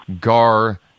gar